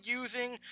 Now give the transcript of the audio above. using